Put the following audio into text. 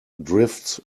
drifts